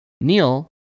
Neil